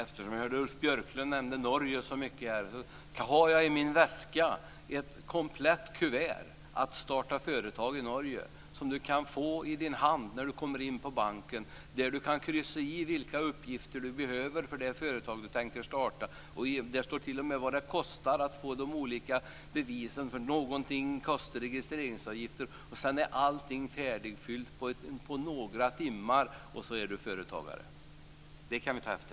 Fru talman! Eftersom Ulf Björklund nämnde Norge så många gånger här vill jag säga att jag i min väska har ett komplett kuvert med material om att starta företag i Norge. Det materialet kan Göran Norlander få i sin hand när han kommer in på banken. Sedan är det bara att fylla i de uppgifter som behövs för det företag som han tänker starta. Det står t.o.m. vad det kostar att få de olika bevisen. Någonting kostar ju registreringen. Allting är ifyllt på några timmar. Sedan är man företagare. Det kan vi ta efter!